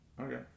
Okay